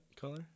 color